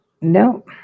No